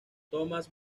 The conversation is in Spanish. tomás